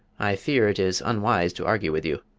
i fear it is unwise to argue with you.